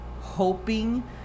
hoping